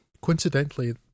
Coincidentally